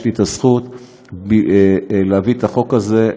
יש לי הזכות להביא את החוק הזה.